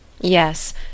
Yes